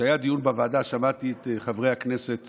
כשהיה דיון בוועדה, שמעתי את חברי הכנסת